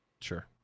Sure